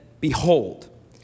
Behold